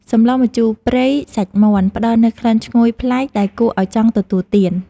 សម្លម្ជូរព្រៃសាច់មាន់ ផ្តល់នូវក្លិនឈ្ងុយប្លែកដែលគួរឱ្យចង់ទទួលទាន។